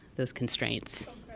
those constraints,